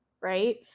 right